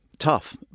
tough